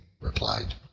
replied